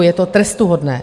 Je to trestuhodné.